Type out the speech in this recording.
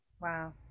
wow